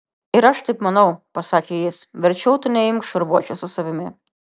ir aš taip manau pasakė jis verčiau tu neimk šarvuočio su savimi